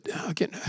again